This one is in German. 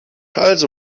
also